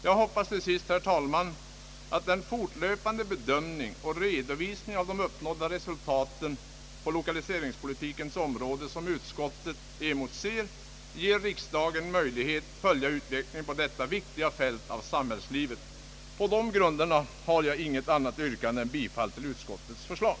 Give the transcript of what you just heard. Jag hoppas till sist, herr talman, att den fortlöpande bedömning och redovisning av de uppnådda resultaten på lokaliseringspolitikens område, som utskottet emotser, skall ge riksdagen möjlighet att följa utvecklingen på detta viktiga avsnitt av samhällslivet. På de grunderna har jag inget annat yrkande än om bifall till utskottets förslag.